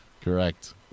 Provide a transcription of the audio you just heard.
Correct